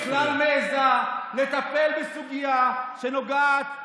איך היא בכלל מעיזה לטפל בסוגיה שנוגעת לעניין,